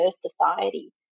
society